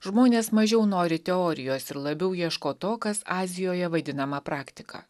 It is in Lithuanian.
žmonės mažiau nori teorijos ir labiau ieško to kas azijoje vaidinama praktika